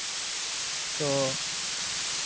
ᱛᱳ